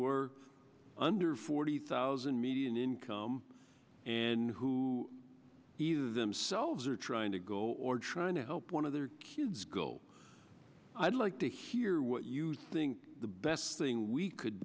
are under forty thousand median income and who either themselves are trying to go or trying to help one of their kids go i'd like to hear what you think the best thing we could